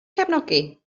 cefnogi